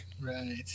Right